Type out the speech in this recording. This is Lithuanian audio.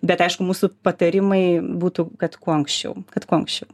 bet aišku mūsų patarimai būtų kad kuo anksčiau kad kuo anksčiau